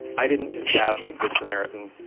i didn't just have a good samaritan.